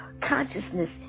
consciousness